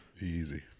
Easy